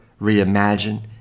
reimagine